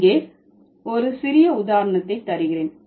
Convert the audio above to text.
இங்கே ஒரு சிறிய உதாரணத்தை தருகிறேன்